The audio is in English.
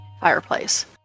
fireplace